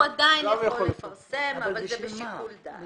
הוא עדיין יכול לפרסם אבל זה בשיקול דעת.